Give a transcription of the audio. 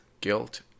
guilt